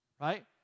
Right